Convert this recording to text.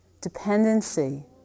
dependency